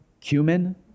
cumin